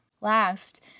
Last